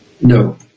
No